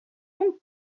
com